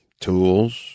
tools